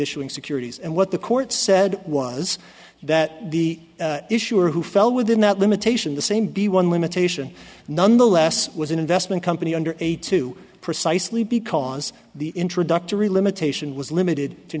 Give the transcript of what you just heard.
issuing securities and what the court said was that the issuer who fell within that limitation the same be one limitation none the less was an investment company under a two precisely because the introductory limitation was limited to